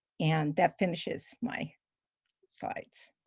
and that finishes my slides.